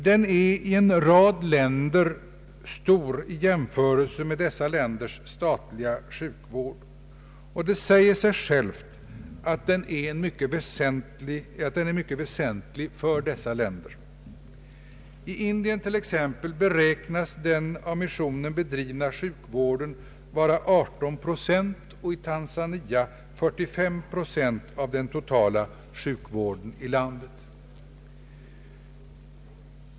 Den är i en rad länder stor i jämförelse med dessa länders statliga sjukvård, och det säger sig självt att den är mycket väsentlig för dessa länder. I Indien t.ex. beräknas den av missionen bedrivna sjukvården vara 18 procent och i Tanzania 45 procent av den totala sjukvården i landet.